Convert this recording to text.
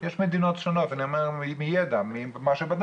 יש מדינות שונות, ממה שבדקתי,